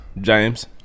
James